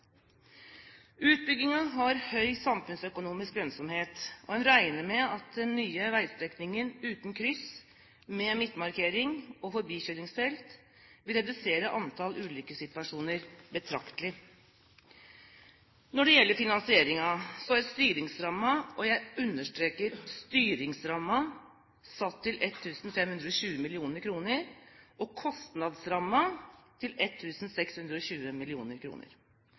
har høy samfunnsøkonomisk lønnsomhet, og en regner med at den nye veistrekningen uten kryss, med midtmarkering og forbikjøringsfelt, vil redusere antall ulykkessituasjoner betraktelig. Når det gjelder finansieringen, er styringsrammen – og jeg understreker styringsrammen – satt til 1 520 mill. kr og kostnadsrammen til